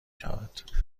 شود